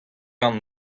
gant